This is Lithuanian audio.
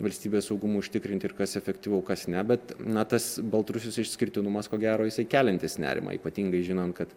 valstybės saugumui užtikrinti ir kas efektyvu kas ne bet na tas baltarusis išskirtinumas ko gero jisai keliantis nerimą ypatingai žinant kad